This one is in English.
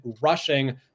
rushing